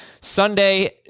Sunday